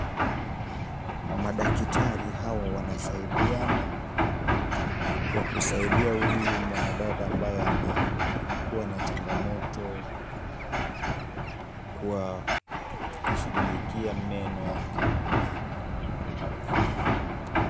Madakitari hawa wanasaidiana, kwa kusaida huyu mwanadada ambaye amekuwa na changamoto kwa kushughulikia meno yake.